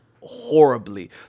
horribly